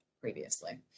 previously